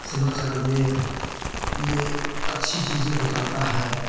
समाचार में ये अच्छी चीजें बताता है